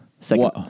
second